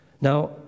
Now